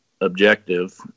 objective